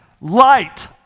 light